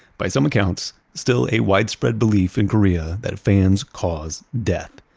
by some accounts, still a widespread belief in korea that fans cause death.